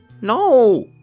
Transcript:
No